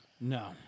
No